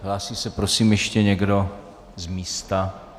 Hlásí se prosím ještě někdo z místa?